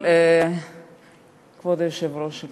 כבוד היושב-ראש,